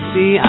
See